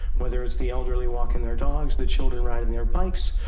whether it's the elderly walking their dogs, the children riding their bikes,